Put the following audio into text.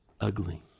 ugly